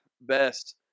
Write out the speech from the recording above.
Best